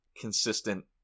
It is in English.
consistent